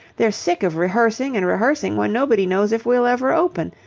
they're sick of rehearsing and rehearsing when nobody knows if we'll ever open.